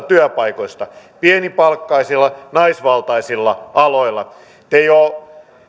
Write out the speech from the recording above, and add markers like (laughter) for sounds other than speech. (unintelligible) työpaikoista pienipalkkaisilla naisvaltaisilla aloilla te jo